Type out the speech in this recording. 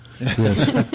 Yes